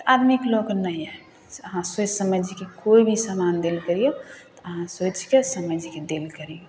आदमीके लऽके नहि आएब से अहाँ सोचि समझिके कोइ भी समान देल करिऔ तऽ अहाँ सोचिके समझिके देल करिऔ